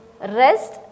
rest